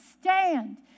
stand